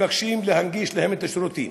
מבקשים להנגיש להם את השירותים.